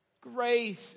Grace